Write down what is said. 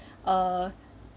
uh